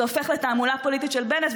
זה הופך לתעמולה הפוליטית של בנט,